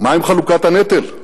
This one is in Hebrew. מה עם חלוקת הנטל?